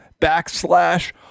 backslash